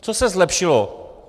Co se zlepšilo?